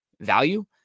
value